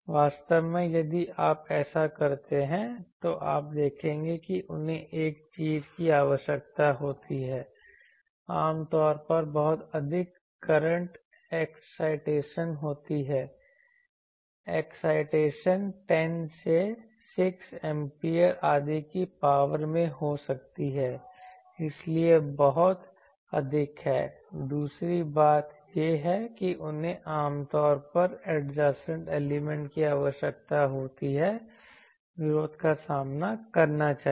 वास्तव में यदि आप ऐसा करते हैं तो आप देखेंगे कि उन्हें एक चीज की आवश्यकता होती है आमतौर पर बहुत अधिक करंट एक्साइटेशन होती हैं एक्साइटेशन 10 से 6 एम्पियर आदि की पावर में हो सकती है इसलिए बहुत अधिक है दूसरी बात यह है कि उन्हें आमतौर पर एडजेसेंट एलिमेंट की आवश्यकता होती है विरोध का सामना करना चाहिए